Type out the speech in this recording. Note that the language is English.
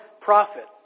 prophet